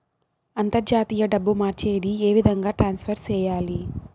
అంతర్జాతీయ డబ్బు మార్చేది? ఏ విధంగా ట్రాన్స్ఫర్ సేయాలి?